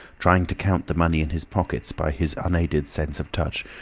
trying to count the money in his pockets by his unaided sense of touch,